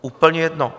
Úplně jedno.